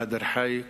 נאדר חאיק